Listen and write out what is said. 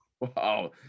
wow